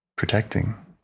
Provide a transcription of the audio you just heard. protecting